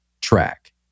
track